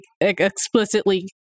explicitly